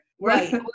Right